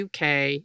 UK